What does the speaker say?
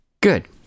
good